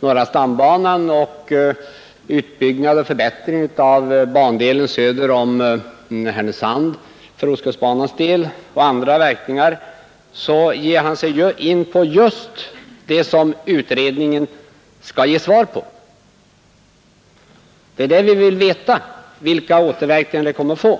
norra stambanan och utbyggnad och förbättring av bandelen söder om Härnösand för ostkustbanans del, liksom för andra verkningar, ger han sig in på just det som utredningen skall ge svar på. Vi vill veta vilka återverkningar det kommer att få.